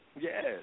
Yes